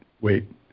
wait